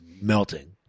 melting